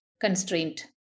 constraint